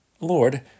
Lord